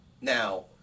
Now